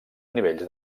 nivells